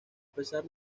pesar